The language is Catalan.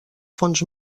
fons